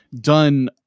done